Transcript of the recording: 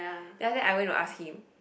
then after that I went to ask him